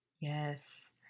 Yes